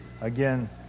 Again